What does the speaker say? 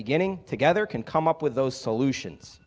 beginning together can come up with those solutions